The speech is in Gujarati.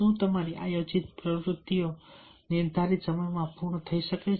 શું તમારી આયોજિત પ્રવૃત્તિઓ નિર્ધારિત સમયમાં પૂર્ણ થઈ છે